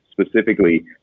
specifically